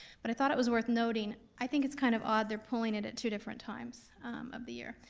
but i thought it was worth noting, i think it's kind of odd they're pulling it at two different times of the year,